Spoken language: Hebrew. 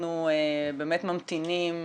ואנחנו באמת ממתינים